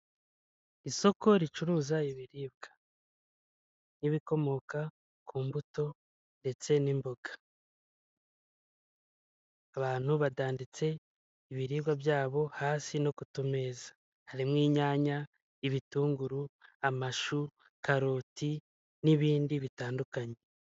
Isoko ricuruza ibiribwa n'ibikomoka ku mbuto ndetse n'imboga. Abantu badanditse ibiribwa byabo hasi no ku tumeza harimo; inyanya, ibitunguru, amashu, karoti n'ibindi bitandukanye.